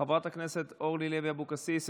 חברת הכנסת אורלי לוי אבקסיס,